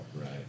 Right